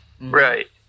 Right